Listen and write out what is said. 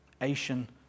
Asian